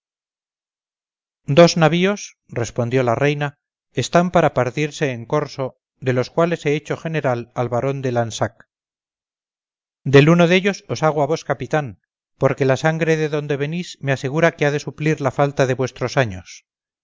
dos navíos respondió la reina están para partirse en corso de los cuales he hecho general al barón de lansac del uno dellos os hago a vos capitán porque la sangre de donde venís me asegura que ha de suplir la falta de vuestros años